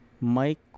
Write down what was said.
Mike